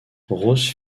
rose